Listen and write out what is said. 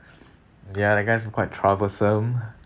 ya that guy is also quite troublesome